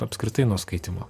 apskritai nuo skaitymo